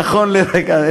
נכון לרגע זה,